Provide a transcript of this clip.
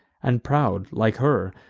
and proud, like her,